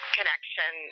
Connection